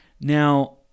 Now